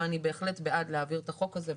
אבל אני בהחלט בעד להעביר את החוק הזה,